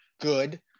good